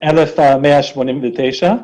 בוצעו 1,189,